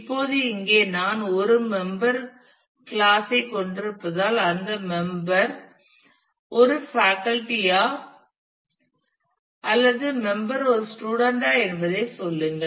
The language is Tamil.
இப்போது இங்கே நான் ஒரு மெம்பர் கிளாஸ் ஐ கொண்டிருப்பதால் அந்த மெம்பர் ஒரு பேக்கல்டி ஆ அல்லது மெம்பர் ஒரு ஸ்டூடண்ட் ஆ என்பதைச் சொல்லுங்கள்